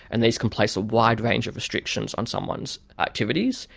and these can place a wide range of restrictions on someone's activities.